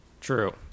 True